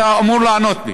אתה אמור לענות לי,